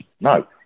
No